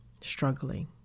struggling